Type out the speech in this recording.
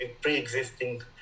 pre-existing